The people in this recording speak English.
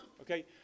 Okay